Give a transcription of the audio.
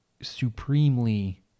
supremely